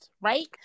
right